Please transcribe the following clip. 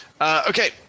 Okay